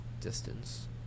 distance